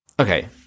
okay